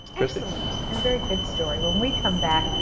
kristi. excellent, and very good story. when we come back,